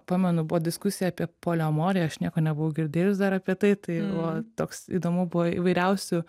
pamenu buvo diskusija apie poliamoriją aš nieko nebuvau girdėjus dar apie tai tai buvo toks įdomu buvo įvairiausių